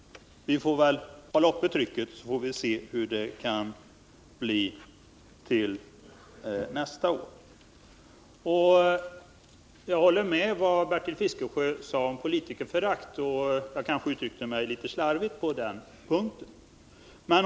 Vi får väl hålla uppe trycket, så får vi se hur det kan bli till nästa år. Jag håller med om vad Bertil Fiskesjö sade om politikerförakt, och jag kanske uttryckte mig litet slarvigt på den punkten.